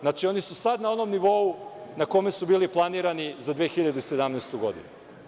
Znači, oni su sada na onom nivou na kome su bili planirani za 2017. godinu.